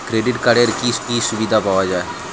Credit কার্ডের কি কি সুবিধা পাওয়া যায়?